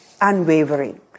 unwavering